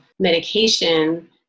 medication